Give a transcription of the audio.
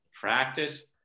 practice